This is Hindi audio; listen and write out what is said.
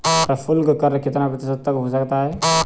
प्रशुल्क कर कितना प्रतिशत तक हो सकता है?